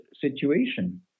situation